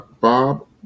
Bob